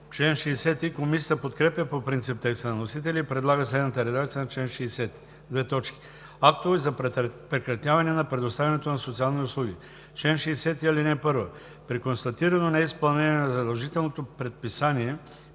АДЕМОВ: Комисията подкрепя по принцип текста на вносителя и предлага следната редакция на чл. 60: „Актове за прекратяване на предоставянето на социални услуги Чл. 60. (1) При констатирано неизпълнение на задължителното предписание